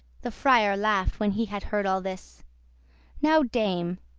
the friar laugh'd when he had heard all this now, dame,